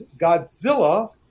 Godzilla